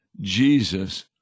Jesus